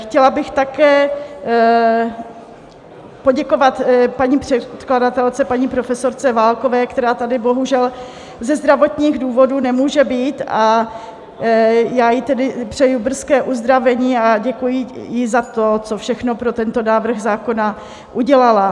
Chtěla bych také poděkovat paní předkladatelce, paní profesorce Válkové, která tady bohužel ze zdravotních důvodů nemůže být, a přeji jí tedy brzké uzdravení a děkuji jí za to, co všechno pro tento návrh zákona udělala.